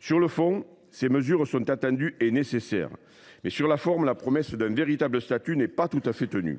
Sur le fond, ces mesures sont attendues et nécessaires ; sur la forme, en revanche, la promesse d’un véritable statut n’est pas tout à fait tenue.